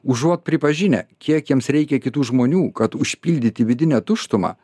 užuot pripažinę kiek jiems reikia kitų žmonių kad užpildyti vidinę tuštumą